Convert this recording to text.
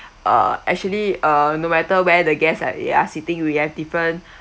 uh actually uh no matter where the guest at you are sitting you will get different